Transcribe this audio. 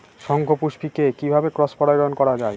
শঙ্খপুষ্পী কে কিভাবে ক্রস পরাগায়ন করা যায়?